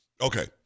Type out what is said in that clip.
Okay